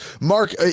Mark